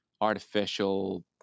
artificial